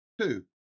Two